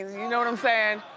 you know what i'm sayin'?